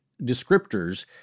descriptors